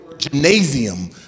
Gymnasium